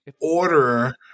order